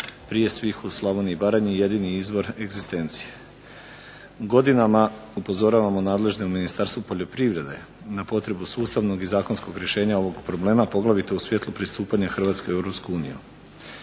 prije svega u Slavoniji i Baranji jedini izvor egzistencije. Godinama upozoravamo nadležno Ministarstvo poljoprivrede na potrebu sustavnog i zakonskog rješenja ovog problema poglavito u svjetlu pristupanja Hrvatske u EU.